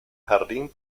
jardín